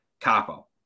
Capo